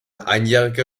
einjährige